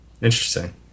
Interesting